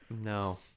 No